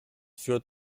führt